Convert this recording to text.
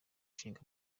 ishinga